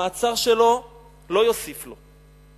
המעצר שלו לא יוסיף לו.